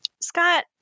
Scott